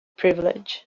privilege